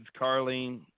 carlene